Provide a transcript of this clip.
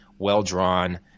well-drawn